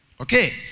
Okay